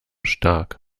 stark